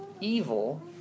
Evil